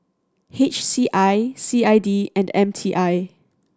H C I C I D and M T I